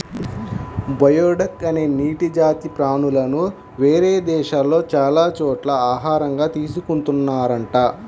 geoduck అనే నీటి జాతి ప్రాణులను వేరే దేశాల్లో చాలా చోట్ల ఆహారంగా తీసుకున్తున్నారంట